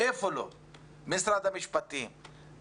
במשרד המשפטים ובכל המקומות,